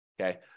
Okay